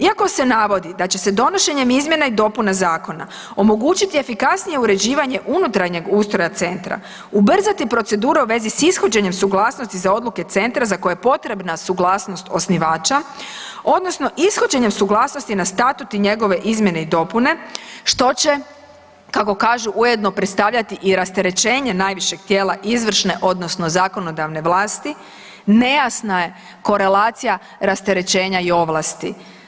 Iako se navodi da će se donošenjem izmjena i dopuna zakona omogućiti efikasnije uređivanje unutarnjeg ustroja centra, ubrzati procedura u vezi s ishođenjem suglasnosti za odluke centra za koje je potrebna suglasnost osnivača, odnosno ishođenjem suglasnosti na statut i njegove izmjene i dopune, što će kako kažu, ujedno predstavljati i rasterećenje najvišeg tijela izvršne odnosno zakonodavne vlati, nejasna je korelacija rasterećenja i ovlasti.